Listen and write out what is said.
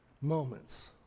moments